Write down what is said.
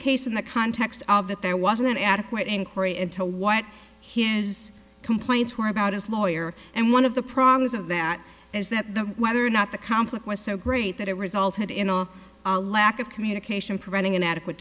case in the context of that there wasn't adequate inquiry into what his complaints were about his lawyer and one of the problems of that is that the whether or not the conflict was so great that it resulted in a lack of communication preventing an adequate